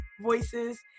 voices